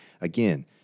again